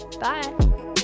bye